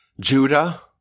Judah